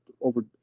over